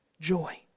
Joy